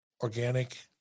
organic